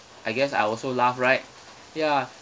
I guess I also laugh right ya